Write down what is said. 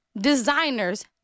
designer's